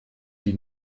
die